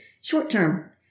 short-term